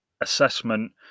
assessment